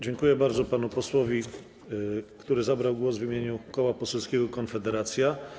Dziękuję bardzo panu posłowi, który zabrał głos w imieniu Koła Poselskiego Konfederacja.